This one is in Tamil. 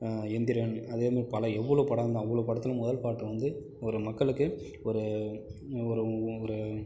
எந்திரன் அதேமாரி பல எவ்வளோ படம் அவ்வளோ படத்துலேயும் முதல் பாட்டு வந்து ஒரு மக்களுக்கு ஒரு ஒரு ஒரு